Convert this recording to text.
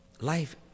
life